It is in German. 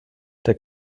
der